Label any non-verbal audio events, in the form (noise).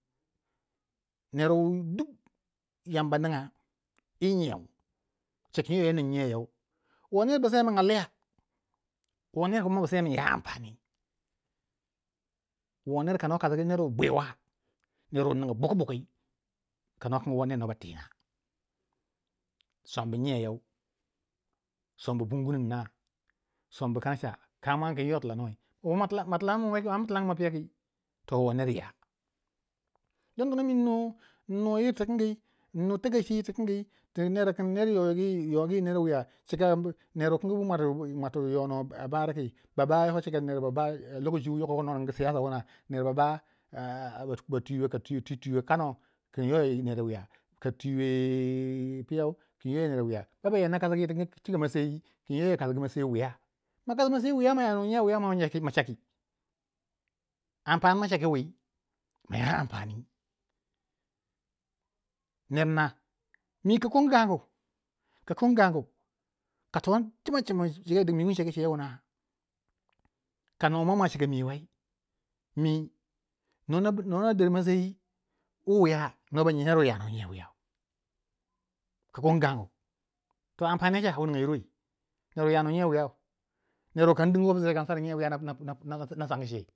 nerewu duk yamba nigya yi nyiyau ba cekin yo banin nyiya yau wo ner bu sekin a liya wo ner ya ampani, wo ner kano kasgu ner wi bwiwa ner wuninga bukubuki kano kin wo ner no ba tina, sombu nyiya yau, sombu pun gunu inna, sombu kana ca ka mwani kinyo tilanoi, ma main tilangu ma piya ki? to wo ner ya ding tono mi innu yittikingi innu dikashi tikingi ti kin ner yogi ner wiya cika ner wu ara a yono bariki baba cika lokoci wuno ningi siyasa wuna ner baba ba twiwe kinyo ner wiya (hesitation) piyau kinyo yogi ner wiya ka twiwe piyau kinyo kasgu maseyi wuya, makasi maseyi wiya ma ya nu nyiya wiya caki ampani ma caki wii, maya ampani, ner na, mi ka kongu gangu kato cima cima mi wung cegu ce wuna kanuwa mwama cika mi wei mi nona der masayi wu wiya noba nyi ner wu ya nu nyiya wuyau ka kon gangu toh ampani yo cha wu ningayirwei ner ya nu nyiya wuyau ner wu kan ding office yei kance nyiya wiya ba sancei